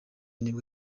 nibwo